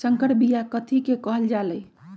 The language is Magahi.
संकर बिया कथि के कहल जा लई?